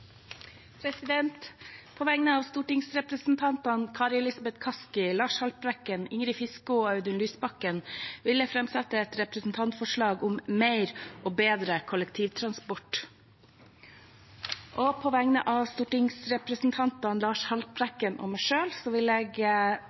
På vegne av stortingsrepresentantene Kari Elisabeth Kaski, Lars Haltbrekken, Ingrid Fiskaa, Audun Lysbakken og meg selv vil jeg framsette et representantforslag om mer og bedre kollektivtransport. På vegne av stortingsrepresentantene Lars Haltbrekken og meg selv vil jeg